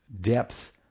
depth